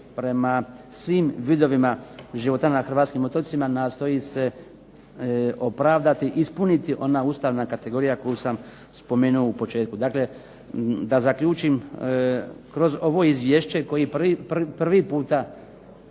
prema svim vidovima života na Hrvatskim otocima nastoji se opravdati, ispuniti ona ustavna kategorija koju sam spomenuo na početku. Dakle, da zaključim, kroz ovo Izvješće koje prvi puta